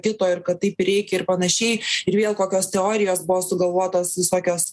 kito ir kad taip ir reikia ir panašiai ir vėl kokios teorijos buvo sugalvotos visokios